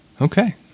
Okay